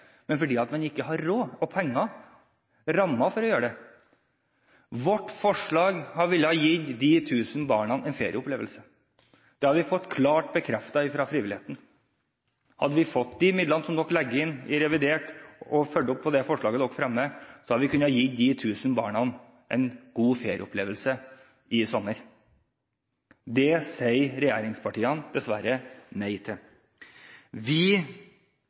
men fordi man ikke har råd eller penger. Man har ikke rammen for å gjøre det. Vårt forslag ville gitt de 1 000 barna en ferieopplevelse. Det har vi fått klart bekreftet fra frivilligheten. Hadde vi fått de midlene som dere legger inn i revidert nasjonalbudsjett og fulgt opp de forslagene dere fremmer, kunne vi ha gitt de 1 000 barna en god ferieopplevelse i sommer. Det sier regjeringspartiene dessverre nei til. Vi